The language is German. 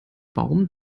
baum